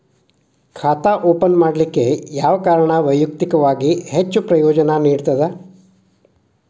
ಖಾತಾ ಓಪನ್ ಮಾಡಲಿಕ್ಕೆ ಯಾವ ಕಾರಣ ವೈಯಕ್ತಿಕವಾಗಿ ಹೆಚ್ಚು ಪ್ರಯೋಜನ ನೇಡತದ?